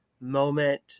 moment